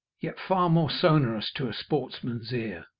yet far more sonorous to a sportsman's ear.